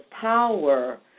power